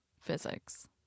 physics